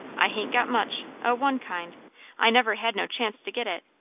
i hain't got much o' one kind i never had no chance to get it,